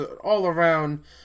all-around